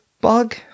Bug